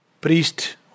priest